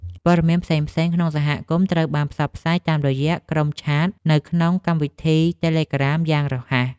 ព័ត៌មានផ្សេងៗក្នុងសហគមន៍ត្រូវបានផ្សព្វផ្សាយតាមរយៈក្រុមឆាតនៅក្នុងកម្មវិធីតេឡេក្រាមយ៉ាងរហ័ស។